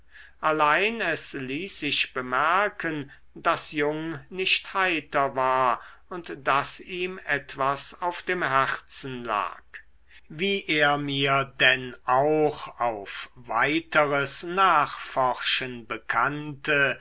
allein es ließ sich bemerken daß jung nicht heiter war und daß ihm etwas auf dem herzen lag wie er mir denn auch auf weiteres nachforschen bekannte